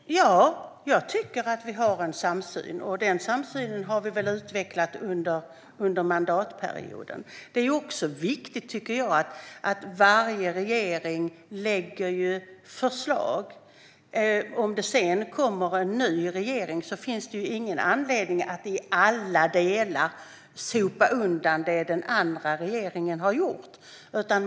Fru talman! Ja, jag tycker att vi har en samsyn, och den samsynen har vi väl utvecklat under mandatperioden. Varje regering lägger fram förslag. Om det sedan kommer en ny regering finns det ingen anledning för den att sopa undan allt som den tidigare regeringen har gjort.